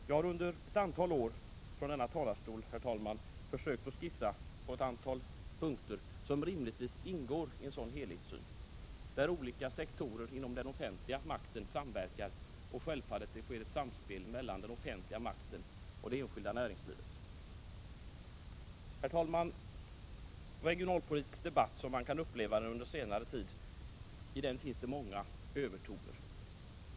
Jag har under ett antal år från denna talarstol, herr talman, försökt att skissa på ett antal punkter som rimligtvis ingår i en sådan helhetssyn, där olika sektorer inom den offentliga makten samverkar och det självfallet sker ett samspel mellan den offentliga makten och det enskilda näringslivet. Herr talman! I den regionalpolitiska debatten, så som man kunnat uppleva den under senare tid, finns det många övertoner.